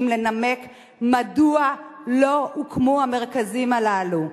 לנמק מדוע לא הוקמו המרכזים הללו,